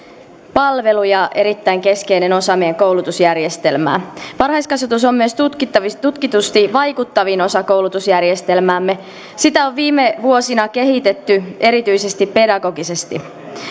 palvelu ja erittäin keskeinen osa meidän koulutusjärjestelmäämme varhaiskasvatus on tutkitusti myös vaikuttavin osa koulutusjärjestelmäämme sitä on viime vuosina kehitetty erityisesti pedagogisesti